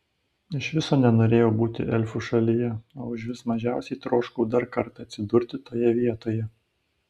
iš viso nenorėjau būti elfų šalyje o užvis mažiausiai troškau dar kartą atsidurti toje vietoje